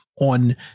on